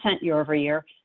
year-over-year